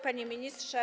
Panie Ministrze!